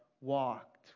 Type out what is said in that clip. walked